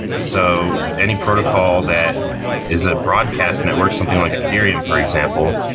so any protocol that is a broadcast network, something like ethereum for example,